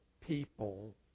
people